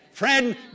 Friend